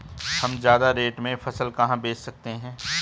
हम ज्यादा रेट में फसल कहाँ बेच सकते हैं?